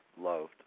loved